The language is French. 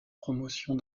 promotion